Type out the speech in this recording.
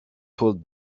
pulled